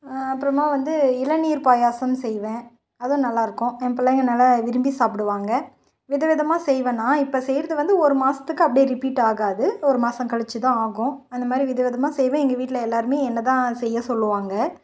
அப்புறமா வந்து இளநீர் பாயசம் செய்வேன் அதுவும் நல்லாயிருக்கும் என் பிள்ளைங்கள் நல்லா விரும்பி சாப்பிடுவாங்க வித விதமாக செய்வேன் நான் இப்போ செய்வது வந்து ஒரு மாசத்துக்கு அப்டேயே ரிப்பீட்டாகாது ஒரு மாதம் கழிச்சு தான் ஆகும் அந்த மாதிரி வித விதமாக செய்வேன் எங்கள் வீட்டில் எல்லோருமே என்னை தான் செய்ய சொல்லுவாங்க